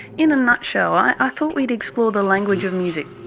in a nutshell i ah thought we'd explore the language of music,